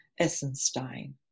Essenstein